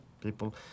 people